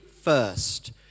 first